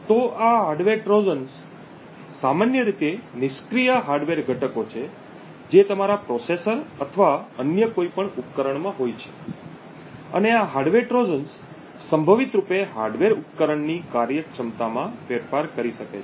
તો આ hardware Trojan સામાન્ય રીતે નિષ્ક્રિય હાર્ડવેર ઘટકો છે જે તમારા પ્રોસેસર અથવા અન્ય કોઈપણ ઉપકરણમાં હોય છે અને આ હાર્ડવેર ટ્રોજન સંભવિત રૂપે હાર્ડવેર ઉપકરણની કાર્યક્ષમતામાં ફેરફાર કરી શકે છે